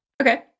Okay